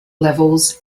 levels